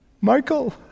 Michael